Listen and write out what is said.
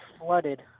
flooded